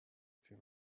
تیم